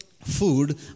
food